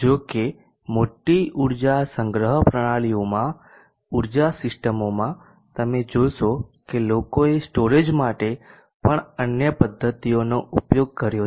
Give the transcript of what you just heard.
જો કે મોટી ઉર્જા સંગ્રહ પ્રણાલીઓમાં ઉર્જા સિસ્ટમોમાં તમે જોશો કે લોકોએ સ્ટોરેજ માટે પણ અન્ય પદ્ધતિઓનો ઉપયોગ કર્યો છે